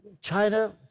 China